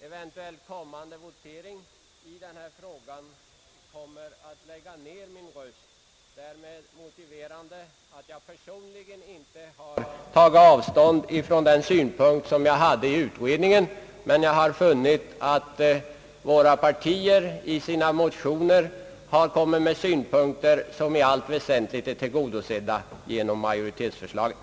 eventuell kommande votering i den här frågan kommer att lägga ned min röst, därmed motiverande att jag personligen inte har tagit avstånd från den synpunkt som jag hade i utredningen, men att jag funnit att mittenpartierna i sina motioner har anfört synpunkter som i allt väsentligt är tillgodosedda genom majoritetsförslaget.